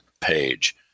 page